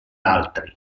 altri